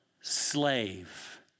slave